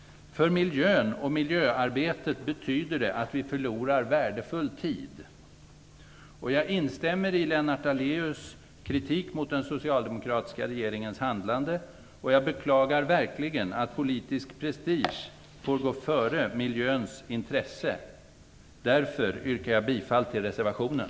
För miljön och miljöarbetet betyder detta att vi förlorar värdefull tid. Jag instämmer i Lennart Daléus kritik mot den socialdemokratiska regeringens handlande och beklagar verkligen att politisk prestige får gå före miljöns intressen. Därför yrkar jag bifall till reservationen.